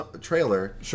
trailer